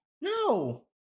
No